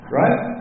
right